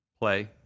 play